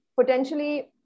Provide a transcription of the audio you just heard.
Potentially